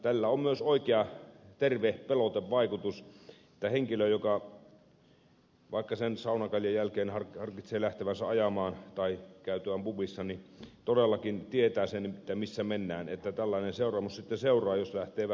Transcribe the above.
tällä on myös oikea terve pelotevaikutus että henkilö joka vaikka sen saunakaljan jälkeen harkitsee lähtevänsä ajamaan tai käytyään pubissa todellakin tietää sen missä mennään että tällainen seuraamus sitten seuraa jos lähtee vähän maistissa ajamaan